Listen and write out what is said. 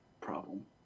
problem